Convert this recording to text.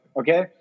Okay